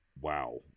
wow